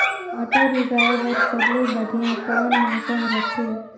मटर उगाय बर सबले बढ़िया कौन मौसम रथे?